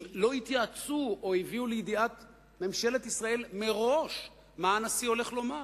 שלא התייעצו או הביאו לידיעת ממשלת ישראל מראש מה הנשיא הולך לומר.